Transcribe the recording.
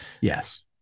yes